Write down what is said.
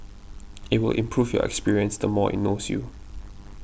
it will improve your experience the more it knows you